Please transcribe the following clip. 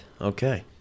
okay